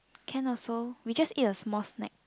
can also we just eat a small snack